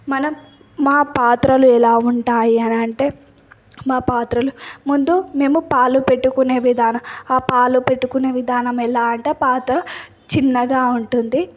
మనం మా పాత్రలు ఎలా ఉంటాయి అని అంటే మా పాత్రలు ముందు మేము పాలు పెట్టుకునే విధానం ఆ పాలు పెట్టుకునే విధానం ఎలా అంటే పాత్ర చిన్నగా ఉంటుంది